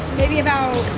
maybe about